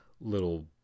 little